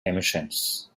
emissions